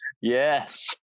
yes